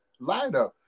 lineup